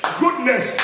goodness